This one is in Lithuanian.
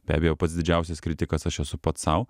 be abejo pats didžiausias kritikas aš esu pats sau